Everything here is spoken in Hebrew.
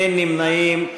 אין נמנעים.